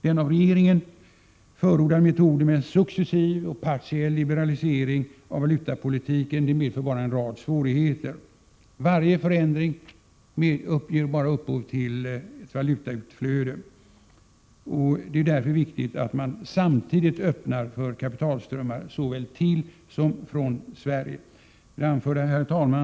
Den av regeringen förordade metoden med en successiv och partiell liberalisering av valutapolitiken medför bara en rad svårigheter. Varje förändring ger bara upphov till ett valutautflöde. Det är därför viktigt att man samtidigt för kapitalströmmar såväl till som från Sverige. Herr talman!